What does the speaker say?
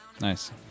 Nice